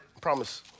Promise